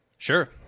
Sure